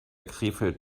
krefeld